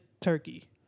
turkey